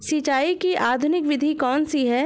सिंचाई की आधुनिक विधि कौन सी है?